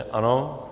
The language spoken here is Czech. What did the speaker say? Ano.